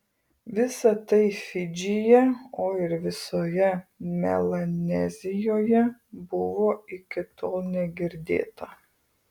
visa tai fidžyje o ir visoje melanezijoje buvo iki tol negirdėta